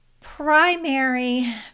primary